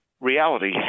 reality